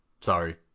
sorry